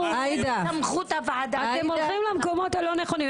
אתם הולכים למקומות הלא נכונים,